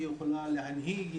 היא יכולה להנהיג,